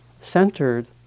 centered